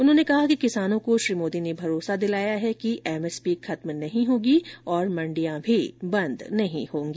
उन्होंने कहा कि किसानों को श्री मोदी ने भरोसा दिलाया है कि एमएसपी खत्म नहीं होगी और मंडियां भी बंद नहीं होंगी